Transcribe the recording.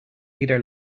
leader